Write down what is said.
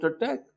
attack